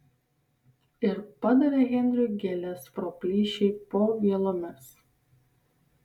ir padavė henriui gėles pro plyšį po vielomis